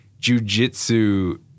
jujitsu